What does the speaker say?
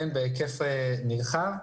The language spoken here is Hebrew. בהיקף נרחב.